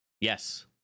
Yes